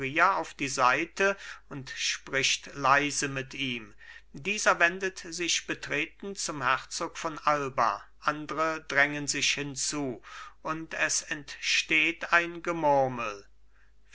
auf die seite und spricht leise mit ihm dieser wendet sich betreten zum herzog von alba andre drängen sich hinzu und es entsteht ein gemurmel